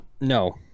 No